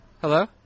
Hello